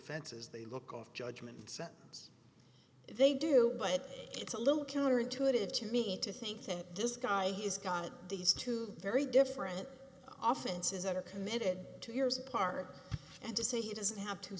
offenses the look of judgments that they do but it's a little counterintuitive to me to think that this guy has got these two very different offices that are committed to years apart and to say he doesn't have t